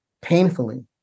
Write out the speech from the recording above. painfully